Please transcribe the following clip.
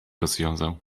rozwiązał